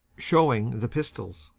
showing the pistols.